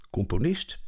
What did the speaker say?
Componist